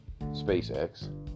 SpaceX